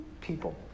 people